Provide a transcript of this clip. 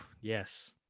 yes